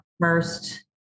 first